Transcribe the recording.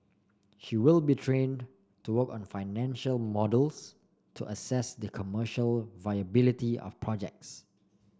she will be trained to work on financial models to assess the commercial viability of projects